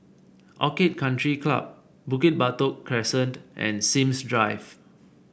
Orchid Country Club Bukit Batok Crescent and Sims Drive